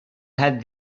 had